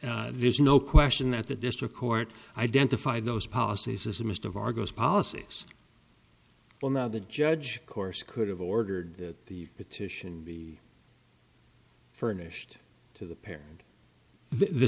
but there's no question that the district court identified those policies as a mist of argos policies well now the judge course could have ordered the petition be furnished to the parents the